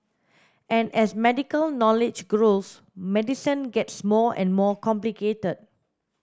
and as medical knowledge grows medicine gets more and more complicated